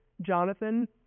Jonathan